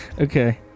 okay